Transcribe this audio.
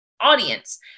audience